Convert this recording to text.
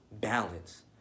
Balance